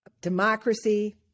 democracy